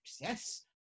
yes